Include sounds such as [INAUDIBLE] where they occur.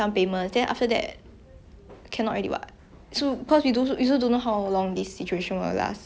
but !wah! the third wish ah I wanted to say like win lottery or something but [LAUGHS]